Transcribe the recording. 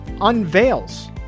unveils